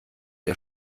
der